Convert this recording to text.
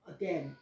again